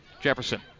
Jefferson